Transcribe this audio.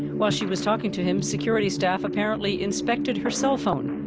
while she was talking to him, security staff apparently inspected her cell phone,